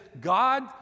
God